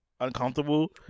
uncomfortable